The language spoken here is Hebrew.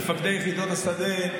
מפקדי יחידות השדה,